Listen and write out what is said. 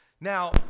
Now